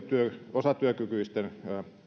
osatyökykyisten